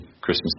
Christmas